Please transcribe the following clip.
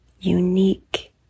unique